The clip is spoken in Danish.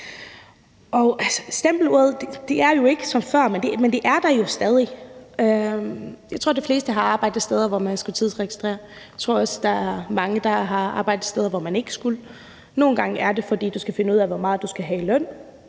Stempeluret er ikke som før, men det er der jo stadig. Jeg tror, de fleste har arbejdet steder, hvor man skulle tidsregistrere. Jeg tror også, der er mange, der har arbejdet steder, hvor man ikke skulle. Nogle gange er det, fordi du skal finde ud af, hvor meget du skal have i løn.